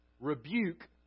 Rebuke